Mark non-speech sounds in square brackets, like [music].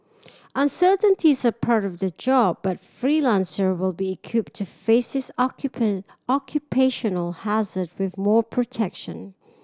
uncertainties are part of their job but freelancer will be equipped to face this [unintelligible] occupational hazard with more protection